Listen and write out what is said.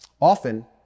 often